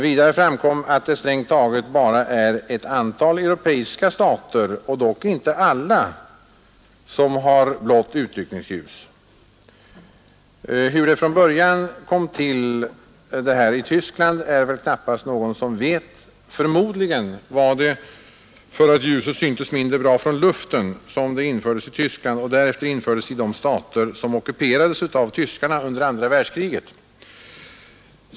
Vidare framkom att det strängt taget bara är ett antal europeiska stater — dock inte alla — som har blått utryckningsljus. Hur det blå utryckningsljuset från början kom till i Tyskland är det väl knappast någon som vet. Förmodligen var det för att ljuset syntes mindre bra från luften som det infördes i Tyskland och därefter i de stater som ockuperades av tyskarna under andra världskriget.